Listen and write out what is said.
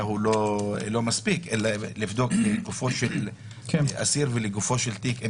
הוא לא מספיק אלא לבדוק לגופו של אסיר ולגופו של תיק אם